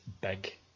big